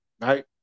Right